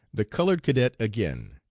the colored cadet again.